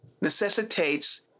necessitates